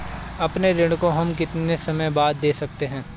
अपने ऋण को हम कितने समय बाद दे सकते हैं?